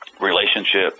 relationship